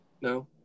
No